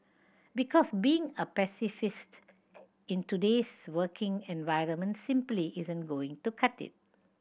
because being a pacifist in today's working environment simply isn't going to cut it